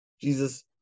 Jesus